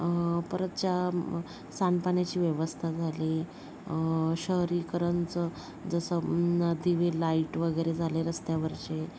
परत च्या सांडपाण्याची व्यवस्था झाली शहरीकरणचं जसं दिवे लाइट वगैरे झाले रस्त्यावरचे